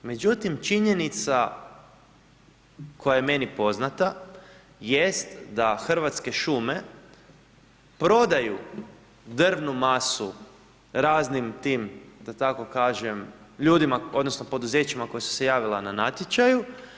Međutim, činjenica koja je meni poznata jest da Hrvatske šume prodaju drvnu masu raznim tim da tako kažem ljudima odnosno poduzećima koja su se javila na natječaju.